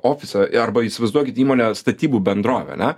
ofisą arba įsivaizduokit įmonę statybų bendrovę ane